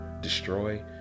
destroy